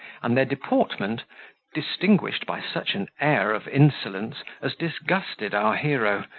and their deportment distinguished by such an air of insolence, as disgusted our hero,